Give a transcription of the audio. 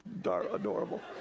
adorable